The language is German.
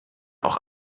auch